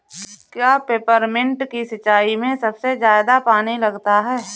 क्या पेपरमिंट की सिंचाई में सबसे ज्यादा पानी लगता है?